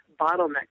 bottleneck